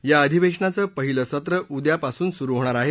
या अधिवेशनाचं पहिलं सत्र उद्यापासून सुरु होणार आहे